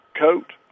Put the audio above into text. coat